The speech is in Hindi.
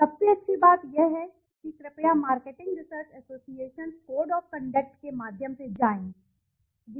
सबसे अच्छी बात यह है कि कृपया marketing research associations code of conduct के माध्यम से जाएं और इसके माध्यम से जाएं